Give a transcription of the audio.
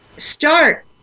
Start